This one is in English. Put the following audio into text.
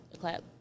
clap